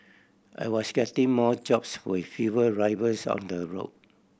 I was getting more jobs with fewer drivers on the road